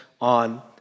on